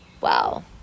Wow